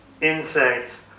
insects